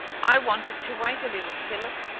i wanted to wait a little, philip,